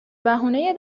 بهونه